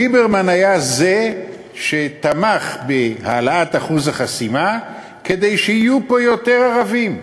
ליברמן היה זה שתמך בהעלאת אחוז החסימה כדי שיהיו פה יותר ערבים,